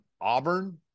Auburn